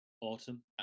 autumn